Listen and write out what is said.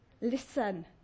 listen